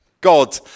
God